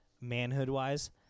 manhood-wise